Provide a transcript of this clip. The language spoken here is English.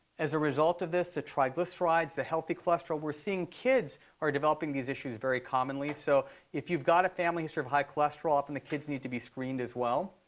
as a result of this, the triglycerides, the healthy cholesterol, we're seeing kids are developing these issues very commonly. so if you've got a family history of high cholesterol, often the kids need to be screened as well.